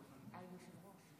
היושב-ראש,